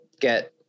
get